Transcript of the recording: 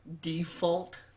default